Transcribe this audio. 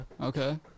okay